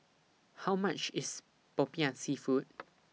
How much IS Popiah Seafood